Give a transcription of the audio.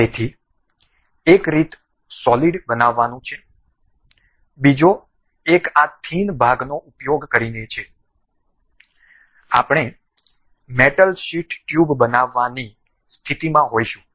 તેથી એક રીત સોલિડ બનાવવાનું છે બીજો એક આ થીન ભાગનો ઉપયોગ કરીને છે આપણે મેટલ શીટ ટ્યુબ બનાવવાની સ્થિતિમાં હોઈશું